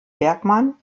bergman